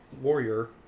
warrior